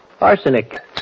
Arsenic